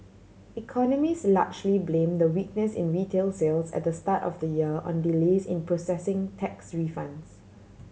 economist largely blame the weakness in retail sales at the start of the year on delays in processing tax refunds